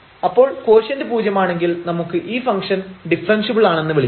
അപ്പോൾ കോഷ്യന്റ് പൂജ്യമാണെങ്കിൽ നമുക്ക് ഈ ഫംഗ്ഷൻ ഡിഫറെൻഷ്യബിൾ ആണെന്ന് വിളിക്കാം